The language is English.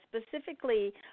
specifically –